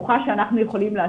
זה לדעתי מה שפוגע.